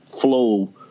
flow